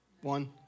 One